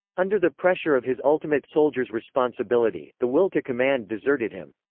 under the pressure of his ultimate soldier's responsibility, the will to command deserted him.